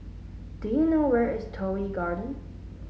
do you know where is Toh Yi Garden